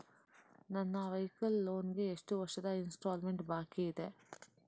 ನನ್ನ vehicle loan ಗೆ ಎಷ್ಟು ವರ್ಷದ ಇನ್ಸ್ಟಾಲ್ಮೆಂಟ್ ಬಾಕಿ ಇದೆ?